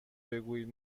بگویید